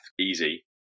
easy